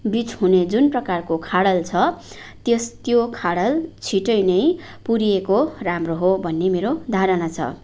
बिच हुने जुन प्रकारको खाडल छ त्यस त्यो खाडल छिट्टै नै पुरिएको राम्रो हो भन्ने मेरो धारणा छ